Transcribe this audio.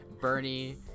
Bernie